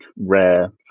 rare